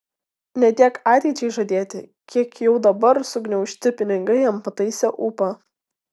ne tiek ateičiai žadėti kiek jau dabar sugniaužti pinigai jam pataisė ūpą